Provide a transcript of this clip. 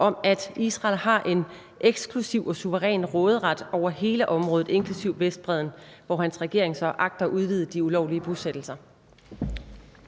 om, at Israel har en eksklusiv og suveræn råderet over hele området, inklusive Vestbredden, hvor hans regering agter at udvide de ulovlige bosættelser?